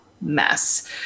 mess